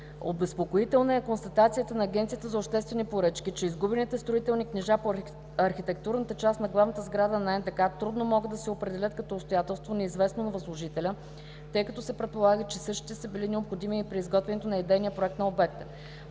Обезпокоителна е констатацията на Агенцията за обществени поръчки, че изгубените строителни книжа по архитектурната част на главната сграда на НДК трудно могат да се определят като обстоятелство, неизвестно на възложителя, тъй като се предполага, че същите са били необходими и при изготвянето на идейния проект на обекта.